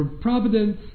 providence